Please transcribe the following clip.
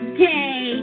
day